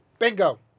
Bingo